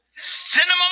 cinnamon